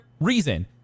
reason